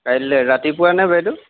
কাইলৈ ৰাতিপুৱাই নে বাইদেউ